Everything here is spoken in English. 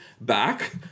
back